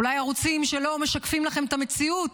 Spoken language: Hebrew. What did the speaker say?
אולי ערוצים שלא משקפים לכם את המציאות,